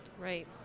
Right